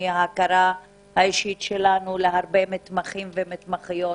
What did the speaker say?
מהיכרות אישית עם מתמחות ומתמחים.